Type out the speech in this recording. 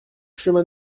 chemin